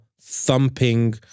thumping